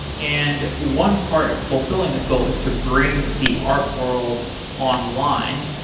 and one part of fulfilling his goal is to bring the art world online.